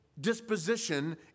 Disposition